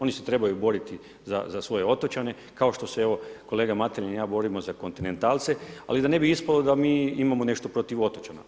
Oni se trebaju boriti za svoje otočane, kao što se kolega Mateljan i ja borimo za kontinentalce, ali da ne bi ispalo da mi imamo nešto protiv otočana.